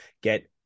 get